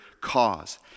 cause